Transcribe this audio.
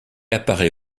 apparaît